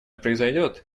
произойдет